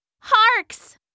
Harks